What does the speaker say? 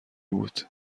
بود